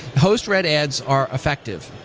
host read ads are effective.